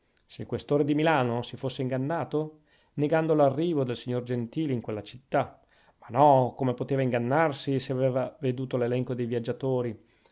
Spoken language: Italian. se il questore di milano si fosse ingannato negando l'arrivo del signor gentili in quella città ma no come poteva ingannarsi se aveva veduto l'elenco dei viaggiatori